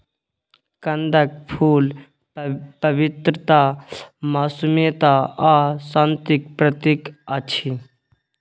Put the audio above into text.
कंदक फुल पवित्रता, मासूमियत आ शांतिक प्रतीक अछि